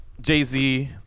jay-z